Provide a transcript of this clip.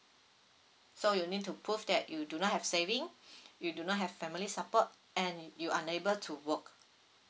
so you need to prove that you do not have saving you do not have family support and you unable to work